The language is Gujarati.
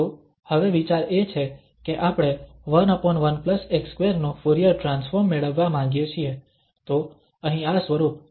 તો હવે વિચાર એ છે કે આપણે 11x2 નું ફુરીયર ટ્રાન્સફોર્મ મેળવવા માંગીએ છીએ